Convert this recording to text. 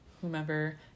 whomever